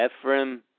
Ephraim